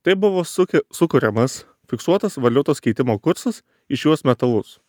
taip buvo suki sukuriamas fiksuotas valiutos keitimo kursas į šiuos metalus